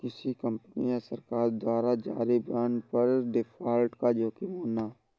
किसी कंपनी या सरकार द्वारा जारी बांड पर डिफ़ॉल्ट का जोखिम होना